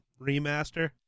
remaster